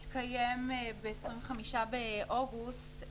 שהתקיים ב-25 באוגוסט,